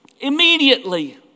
immediately